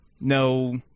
no